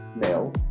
male